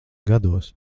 gados